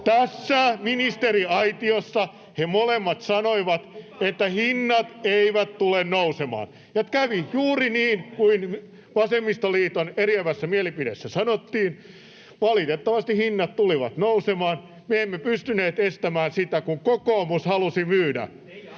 Tässä ministeriaitiossa he molemmat sanoivat, että hinnat eivät tule nousemaan. Ja kävi juuri niin kuin vasemmistoliiton eriävässä mielipiteessä sanottiin. Valitettavasti hinnat tulivat nousemaan, me emme pystyneet estämään sitä, kun kokoomus halusi myydä